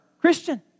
Christian